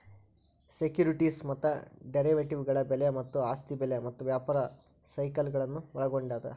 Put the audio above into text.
securities ಮತ್ತ ಡೆರಿವೇಟಿವ್ಗಳ ಬೆಲೆ ಮತ್ತ ಆಸ್ತಿ ಬೆಲೆ ಮತ್ತ ವ್ಯಾಪಾರ ಸೈಕಲ್ಗಳನ್ನ ಒಳ್ಗೊಂಡದ